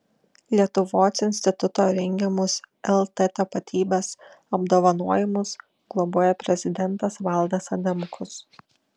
lietuvos instituto rengiamus lt tapatybės apdovanojimus globoja prezidentas valdas adamkus